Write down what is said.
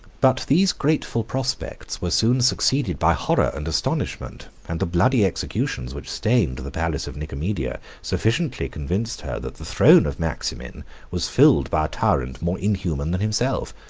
but these grateful prospects were soon succeeded by horror and astonishment and the bloody executions which stained the palace of nicomedia sufficiently convinced her that the throne of maximin was filled by a tyrant more inhuman than himself.